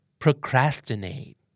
Procrastinate